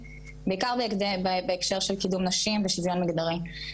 בעיקר בהקשר של קידום נשים ושוויון מגדרי.